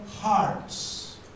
hearts